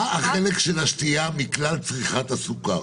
מה החלק של השתייה מכלל צריכת הסוכר?